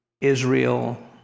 Israel